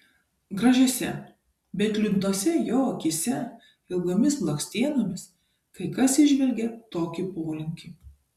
gražiose bet liūdnose jo akyse ilgomis blakstienomis kai kas įžvelgia tokį polinkį